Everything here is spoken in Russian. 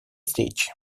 встречи